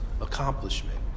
accomplishment